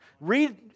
Read